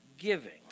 giving